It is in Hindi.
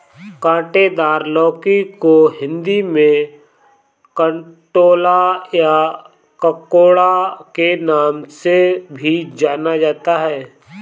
काँटेदार लौकी को हिंदी में कंटोला या ककोड़ा के नाम से भी जाना जाता है